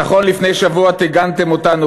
נכון, לפני שבוע טיגנתם אותנו